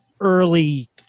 early